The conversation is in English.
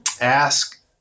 ask